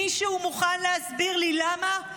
מישהו מוכן להסביר לי למה?